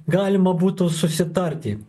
galima būtų susitarti